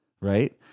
Right